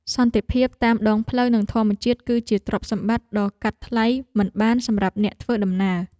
សន្តិភាពតាមដងផ្លូវ និងធម្មជាតិ គឺជាទ្រព្យសម្បត្តិដ៏កាត់ថ្លៃមិនបានសម្រាប់អ្នកធ្វើដំណើរ។